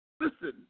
listen